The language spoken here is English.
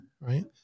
Right